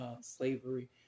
slavery